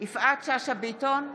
יפעת שאשא ביטון,